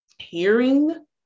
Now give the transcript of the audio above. Hearing